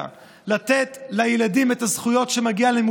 לתת לילדים את הזכויות שמגיעות להם,